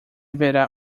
verá